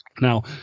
Now